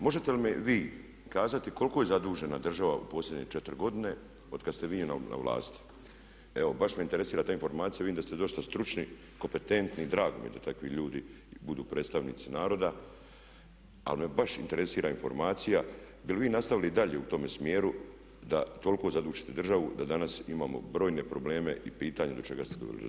Možete li mi vi kazati koliko je zadužena u posljednje 4 godine otkad ste vi na vlasti, evo baš me interesira ta informacija, vidim da ste dosta stručni, kompetentni i drago mi je da takvi ljudi budu predstavnici naroda ali me baš interesira informacija bi li vi nastavili dalje u tome smjeru da toliko zadužite državu da danas imamo brojne probleme i pitanja do čega ste doveli državu.